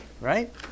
right